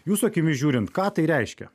jūsų akimis žiūrint ką tai reiškia